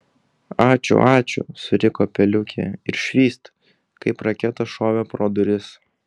ačiū ačiū suriko peliukė ir švyst kaip raketa šovė pro duris